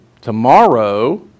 tomorrow